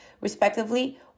respectively